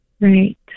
Right